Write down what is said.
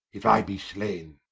if i be slaine